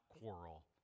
quarrel